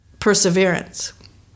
perseverance